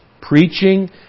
preaching